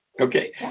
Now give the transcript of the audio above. Okay